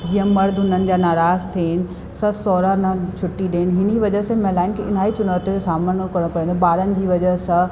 जीअं मर्द हुनमि जा नाराज़ थियणु ससु सहुरा न छुटी ॾियणु हिन वजह सां महिलाउनि खे इलाही चुनौती जो सामिनो करिणो पवंदो हुओ ॿारनि जी वजह सां